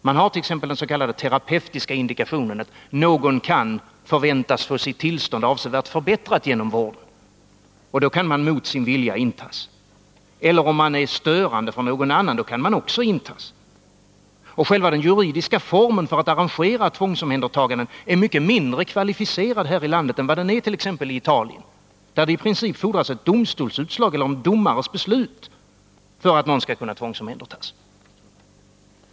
Man har t.ex. den terapeutiska indikationen, att någon kan förväntas få sitt tillstånd avsevärt förbättrat genom vård, och då kan man mot sin vilja intas. Och om man är störande för någon annan, då kan man också intas. Själva den juridiska formen för att arrangera tvångsomhändertaganden är också mycket mindre kvalificerad här i landet än vad den är it.ex. Italien, där det i princip fordras domstolsutslag eller en domares beslut för att någon skall kunna tvångomhändertas.